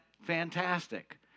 fantastic